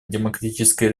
демократическая